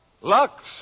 Lux